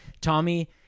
tommy